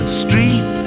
street